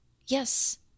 yes